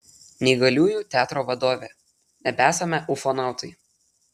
neįgaliųjų teatro vadovė nebesame ufonautai